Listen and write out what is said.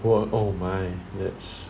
!whoa! oh my that's